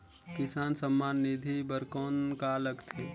किसान सम्मान निधि बर कौन का लगथे?